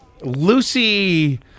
Lucy